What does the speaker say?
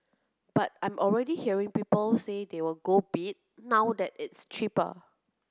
but I'm already hearing people say they will go bid now that it's cheaper